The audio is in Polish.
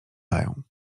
dają